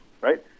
right